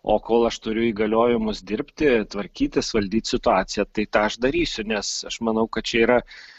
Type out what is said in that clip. o kol aš turiu įgaliojimus dirbti tvarkytis valdyt situaciją tai tą aš darysiu nes aš manau kad čia yra